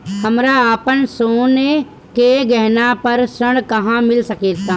हमरा अपन सोने के गहना पर ऋण कहां मिल सकता?